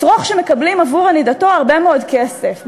שרוך שמקבלים עבור ענידתו הרבה מאוד כסף.